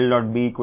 కాబట్టి ఈ ∇